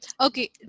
Okay